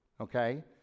okay